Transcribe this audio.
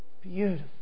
beautiful